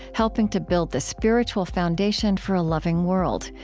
helping to build the spiritual foundation for a loving world.